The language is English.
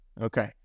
Okay